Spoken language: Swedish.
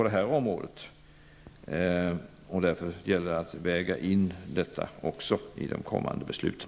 Det gäller därför att även väga in detta i de kommande besluten.